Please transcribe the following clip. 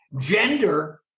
Gender